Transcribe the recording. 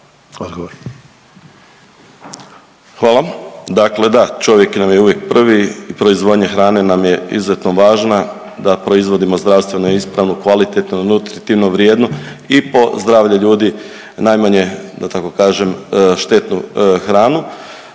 Hvala. Dakle, da čovjek nam je uvijek prvi, proizvodnja hrane nam je izuzetno važna da proizvodimo zdravstveno ispravnu, kvalitetnu nutritivnu vrijednu i po zdravlje ljudi najmanje da tako kažem štetnu hranu.